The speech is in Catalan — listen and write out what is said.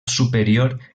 superior